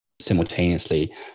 simultaneously